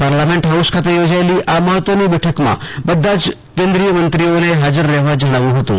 parliament હાઉસમાં યોજાયેલી આ મહત્વની બેઠકમાં બધા જ કેન્દ્રિય મંત્રીઓને હાજર રહેવા જણાવ્યું હતું